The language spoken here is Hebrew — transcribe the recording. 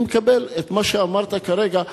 אני מקבל את מה שאמרת כרגע,